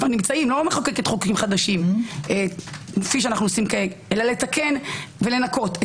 לא כפי שאנו עושים כעת אלא לתקן ולנקות את